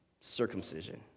circumcision